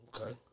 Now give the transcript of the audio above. Okay